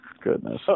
Goodness